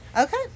okay